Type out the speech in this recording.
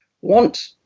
want